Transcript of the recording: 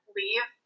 leave